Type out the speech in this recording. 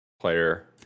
player